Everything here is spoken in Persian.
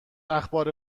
اخبار